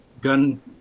gun